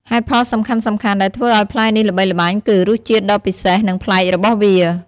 ហេតុផលសំខាន់ៗដែលធ្វើឲ្យផ្លែនេះល្បីល្បាញគឺ រសជាតិដ៏ពិសេស និងប្លែក របស់វា។